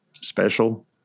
special